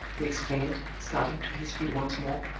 he exclaimed, starting to his feet once more,